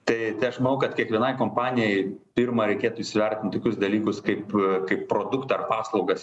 tai aš manau kad kiekvienai kompanijai pirma reikėtų įsivertint tokius dalykus kaip kaip produktą ar paslaugas